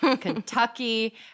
Kentucky